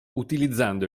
utilizzando